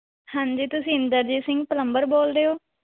ਹਾਂਜੀ ਤੁਸੀਂ ਇੰਦਰਜੀਤ ਸਿੰਘ ਪਲੰਬਰ ਬੋਲਦੇ ਹੋ